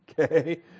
okay